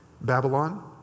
Babylon